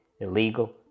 illegal